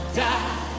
die